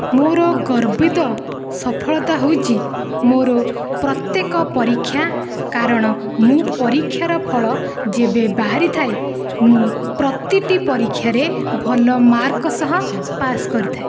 ମୋର ଗର୍ବିତ ସଫଳତା ହେଉଛି ମୋର ପ୍ରତ୍ୟେକ ପରୀକ୍ଷା କାରଣ ମୁଁ ପରୀକ୍ଷାର ଫଳ ଯେବେ ବାହାରିଥାଏ ମୁଁ ପ୍ରତିଟି ପରୀକ୍ଷାରେ ଭଲ ମାର୍କ ସହ ପାସ କରିଥାଏ